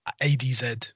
ADZ